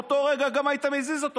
באותו רגע גם היית מזיז אותו.